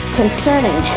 concerning